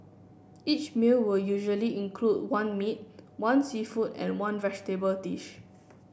each meal will usually include one meat one seafood and one vegetable dish